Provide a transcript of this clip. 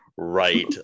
Right